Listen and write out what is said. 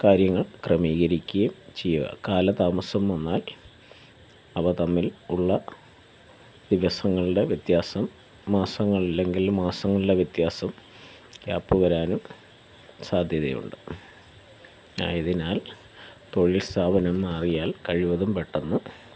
കാര്യങ്ങൾ ക്രമീകരിക്കുകയും ചെയ്യുക കാലതാമസം വന്നാൽ അവ തമ്മിൽ ഉള്ള ദിവസങ്ങളുടെ വ്യത്യാസം മാസങ്ങൾ അല്ലെങ്കിൽ മാസങ്ങളുടെ വ്യത്യാസം ഗ്യാപ്പ് വരാനും സാധ്യതയുണ്ട് ആയതിനാൽ തൊഴിൽ സ്ഥാപനം മാറിയാൽ കഴിവതും പെട്ടെന്ന്